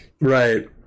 Right